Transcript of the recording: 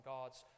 God's